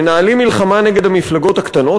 מנהלים מלחמה נגד המפלגות הקטנות.